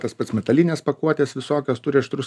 tas pats metalinės pakuotės visokios turi aštrius